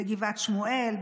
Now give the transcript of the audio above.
בגבעת שמואל,